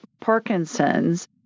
Parkinson's